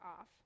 off